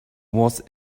was